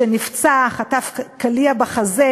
והוא נפצע, חטף קליע בחזה,